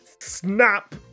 Snap